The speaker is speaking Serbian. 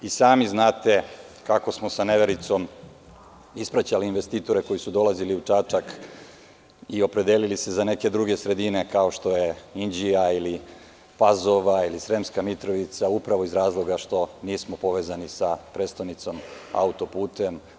I sami znate kako smo sa nevericom ispraćali investitore koji su dolazili u Čačak i opredelili se za neke druge sredine, kao što je Inđija, ili Pazova, ili Sremska Mitrovica, upravo iz razloga što nismo povezani sa prestonicom, autoputem.